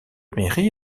mairie